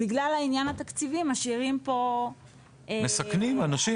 בגלל העניין התקציבי משאירים פה --- מסכנים אנשים.